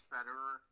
Federer